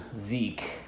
Zeke